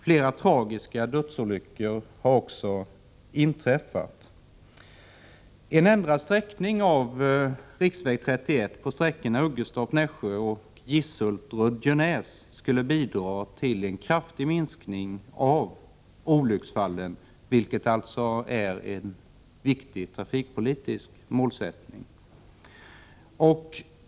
Flera tragiska dödsolyckor har också inträffat. En ändrad sträckning av riksväg 31 på sträckorna Öggestorp-Nässjö och Gisshult-Rödjenäs skulle bidra till en kraftig minskning av olycksfallen, vilket är en viktig trafikpolitisk målsättning.